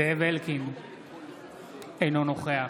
אינו נוכח